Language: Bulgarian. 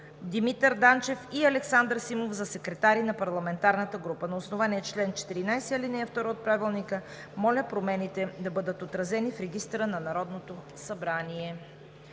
Димитър Данчев и Александър Симов за секретари на парламентарната група. На основание чл. 14, ал. 2 от Правилника, моля промените да бъдат отразени в регистъра на Народното събрание.“